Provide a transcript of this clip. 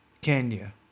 Kenya